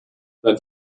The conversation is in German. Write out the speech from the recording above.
sein